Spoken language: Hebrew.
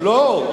לא,